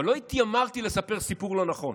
אבל לא התיימרתי לספר סיפור לא נכון.